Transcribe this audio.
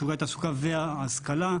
שיעורי התעסוקה וההשכלה,